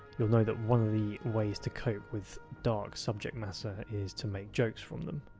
you'll know that one of the ways to cope with dark subject matter is to make jokes from them.